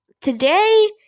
today